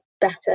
better